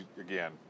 again